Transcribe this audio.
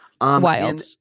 Wild